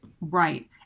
Right